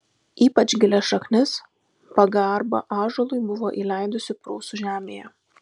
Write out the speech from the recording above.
ypač gilias šaknis pagarba ąžuolui buvo įleidusi prūsų žemėje